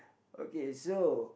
okay so